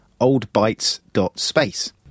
oldbytes.space